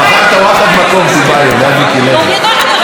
בחרת ואחד מקום, טיבייב, ליד מיקי לוי.